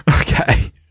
Okay